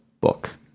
book